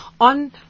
on